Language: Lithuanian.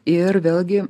ir vėlgi